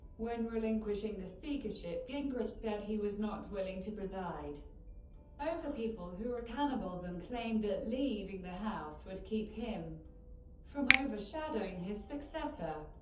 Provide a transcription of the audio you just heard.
when relinquishing the speakership, gingrich said he was not willing to preside over people who are cannibals, and claimed that leaving the house would keep him from overshadowing his successor.